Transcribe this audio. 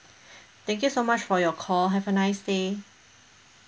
thank you so much for your call have a nice day